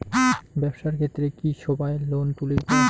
ব্যবসার ক্ষেত্রে কি সবায় লোন তুলির পায়?